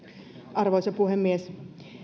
arvoisa puhemies